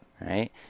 Right